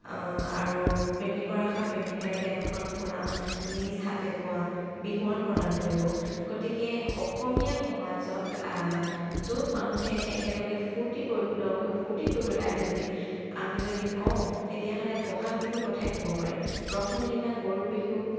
আৰু প্ৰেমিকৰ আশা প্ৰেমিকাই তেওঁক এখন ফুলাম নিজ হাতে বোৱা বিহুৱান প্ৰদান কৰিব গতিকে অসমীয়া সমাজত য'ত মানুহে একেলগে ফূৰ্ত্তি কৰিব লগ হৈ ফূৰ্ত্তি কৰিবলৈ আহে বুলি আমি যদি কওঁ তেতিয়াহ'লে ব'হাগ বিহুৰ কথাই ক'ব পাৰি প্ৰথম দিনা গৰু বিহু